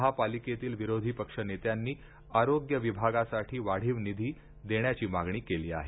महापालिकेतील विरोधी पक्ष नेत्यांनी आरोग्य विभागासाठी वाढीव निधी देण्याची मागणी केली आहे